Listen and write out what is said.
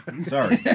Sorry